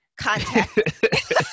contact